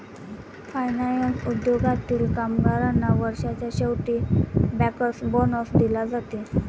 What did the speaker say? finance उद्योगातील कामगारांना वर्षाच्या शेवटी बँकर्स बोनस दिला जाते